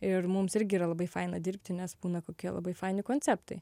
ir mums irgi yra labai faina dirbti nes būna kokie labai faini konceptai